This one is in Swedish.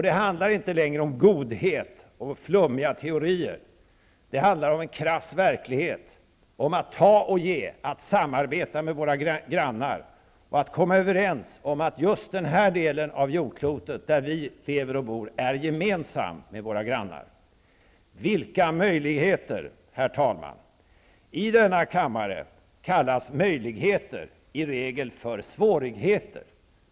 Det handlar inte längre om godhet och flummiga teorier, utan det handlar om en krass verklighet, om att ta och ge, att samarbeta med våra grannar och att komma överens om att just den del av jordklotet där vi lever och bor är gemensam för oss och våra grannar. Vilka möjligheter! Herr talman! I denna kammare kallas möjligheter i regel för svårigheter.